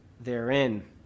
therein